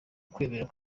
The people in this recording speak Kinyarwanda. kwemera